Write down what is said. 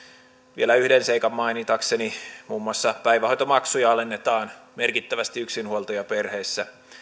vielä yhden seikan mainitakseni muun muassa päivähoitomaksuja alennetaan merkittävästi yksinhuoltajaperheissä